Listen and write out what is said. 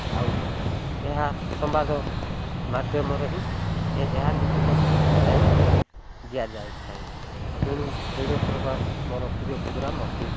ଆଉ ଏହା ସମ୍ବାଦ ମାଧ୍ୟମରେ ହିଁ ଏହା ଲିପିବଦ୍ଧ ହୋଇ ସୂଚାଇ ଦିଆଯାଇଥାଏ ତେଣୁ ରେଡ଼ିଓ ପ୍ରୋଗ୍ରାମ୍ ମୋର ପ୍ରିୟ ପ୍ରୋଗ୍ରାମ୍ ଅଟେ